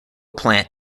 plant